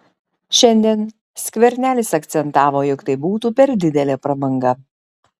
šiandien skvernelis akcentavo jog tai būtų per didelė prabanga